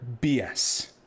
BS